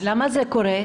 למה זה קורה?